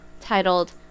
titled